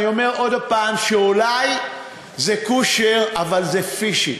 ואני אומר עוד פעם שאולי זה כּושר אבל זה פישי.